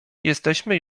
jesteśmy